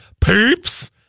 peeps